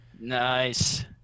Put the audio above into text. Nice